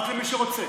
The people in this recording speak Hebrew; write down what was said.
רק למי שרוצה: